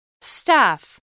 Staff